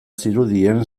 zirudien